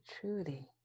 truly